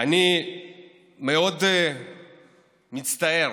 אני מאוד מצטער